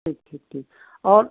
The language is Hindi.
ठीक ठीक ठीक और